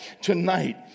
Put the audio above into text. tonight